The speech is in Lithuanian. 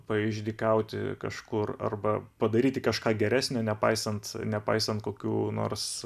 paišdykauti kažkur arba padaryti kažką geresnio nepaisant nepaisant kokių nors